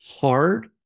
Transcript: hard